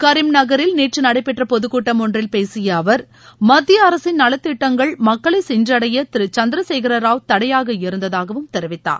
கரீம் நகரில் நேற்று நடைபெற்ற பொதுக் கூட்டம் ஒன்றில் பேசிய அவர் மத்திய அரசின் நலத்திட்டங்கள் மக்களை சென்றடைய திரு சந்திரசேகர ராவ் தடையாக இருந்ததாகவும் தெரிவித்தார்